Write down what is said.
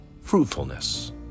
Fruitfulness